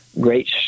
great